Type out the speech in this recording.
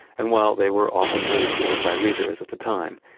and while they were often ridiculed by readers at the time,